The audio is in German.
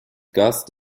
gast